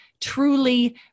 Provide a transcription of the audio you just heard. truly